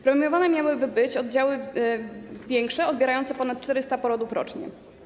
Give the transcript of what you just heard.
Premiowane miałyby być oddziały większe, odbierające ponad 400 porodów rocznie.